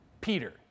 Peter